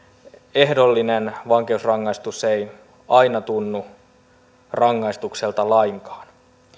ehdollinen vankeusrangaistus ei aina tunnu rangaistukselta lainkaan